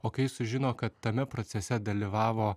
o kai jis sužino kad tame procese dalyvavo